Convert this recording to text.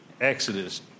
Exodus